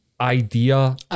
idea